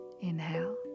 inhale